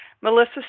Melissa